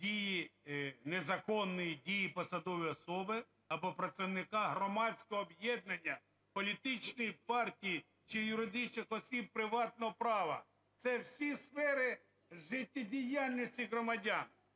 дії, незаконної дії посадової особи або працівника громадського об'єднання, політичної партії чи юридичних осіб приватного права – це всі сфери життєдіяльності громадян.